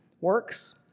Works